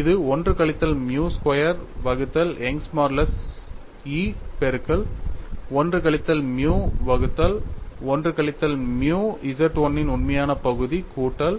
இது 1 கழித்தல் mu square வகுத்தல் யங்கின் மாடுலஸால் Young's modulus E பெருக்கல் 1 கழித்தல் மியூ வகுத்தல் 1 கழித்தல் மியூ Z 1 இன் உண்மையான பகுதி கூட்டல்